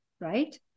right